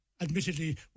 Admittedly